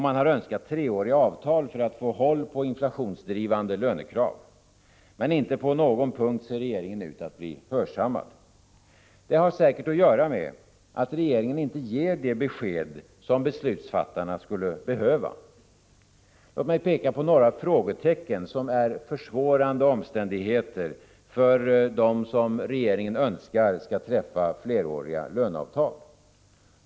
Man har önskat treåriga avtal för att få håll på inflationsdrivande lönekrav. Men inte på någon punkt ser regeringen ut att bli hörsammad. Det har säkert att göra med att regeringen inte ger de besked som beslutsfattarna skulle behöva. Låt mig peka på några frågetecken som är försvårande omständigheter för dem som regeringen önskar skall träffa fleråriga löneavtal.